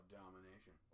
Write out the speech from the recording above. domination